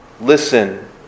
Listen